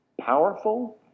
powerful